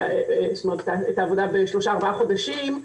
זאת אומרת את העבודה בשלושה ארבעה חודשים,